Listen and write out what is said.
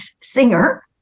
singer